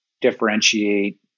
differentiate